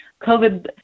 COVID